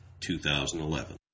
2011